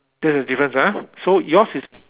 that's the difference ah so yours is